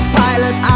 pilot